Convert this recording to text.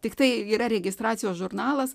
tiktai yra registracijos žurnalas